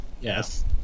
Yes